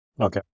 Okay